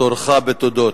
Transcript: תורך בתודות.